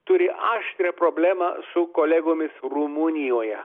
turi aštrią problemą su kolegomis rumunijoje